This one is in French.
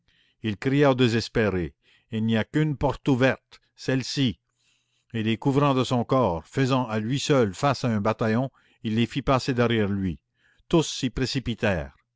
il cria aux désespérés il n'y a qu'une porte ouverte celle-ci et les couvrant de son corps faisant à lui seul face à un bataillon il les fit passer derrière lui tous s'y